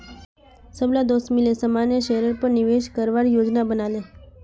सबला दोस्त मिले सामान्य शेयरेर पर निवेश करवार योजना बना ले